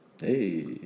hey